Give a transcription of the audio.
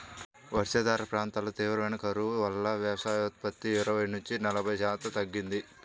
వర్షాధార ప్రాంతాల్లో తీవ్రమైన కరువు వల్ల వ్యవసాయోత్పత్తి ఇరవై నుంచి నలభై శాతం తగ్గింది